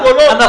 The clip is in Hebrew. אנחנו